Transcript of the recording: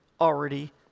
already